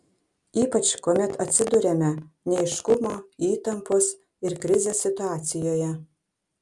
ypač kuomet atsiduriame neaiškumo įtampos ir krizės situacijoje